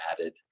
added